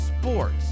sports